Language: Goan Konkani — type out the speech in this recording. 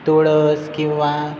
तुळस किंवां